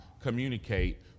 communicate